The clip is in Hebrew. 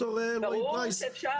נדרש לתת בוסטר.